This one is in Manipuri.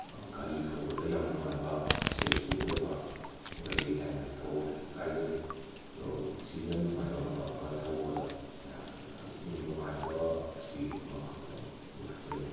ꯒꯥꯔꯤ ꯊꯧꯕꯗ ꯌꯥꯝ ꯅꯨꯡꯉꯥꯏꯕ ꯁꯦꯐꯁꯨ ꯑꯣꯏꯕ ꯑꯗꯨꯒ ꯗꯦ ꯇꯥꯏꯝꯗꯁꯨ ꯊꯧꯕ ꯀꯩꯁꯨ ꯀꯥꯏꯗꯦ ꯗꯣ ꯁꯤꯖꯟ ꯅꯨꯡꯉꯥꯏꯕ ꯃꯇꯝ ꯑꯃ ꯊꯧꯕꯗ ꯃꯌꯥꯝꯁꯦ ꯌꯥꯝ ꯊꯤꯅ ꯅꯨꯡꯉꯥꯏꯕ ꯑꯦꯛꯁꯄꯤꯔꯤꯌꯦꯟꯁ ꯑꯃ ꯐꯪꯒꯅꯤ ꯑꯗꯨ ꯍꯥꯏꯖꯅꯤꯡꯕ